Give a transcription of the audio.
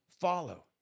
follow